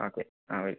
okay ആ by